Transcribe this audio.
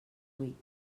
huit